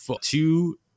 two